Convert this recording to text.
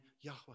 Yahweh